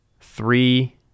three